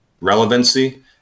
relevancy